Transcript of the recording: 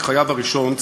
חייו הראשון,